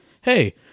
Hey